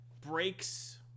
breaks